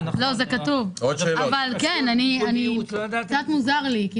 זה כתוב, אבל קצת מוזר לי.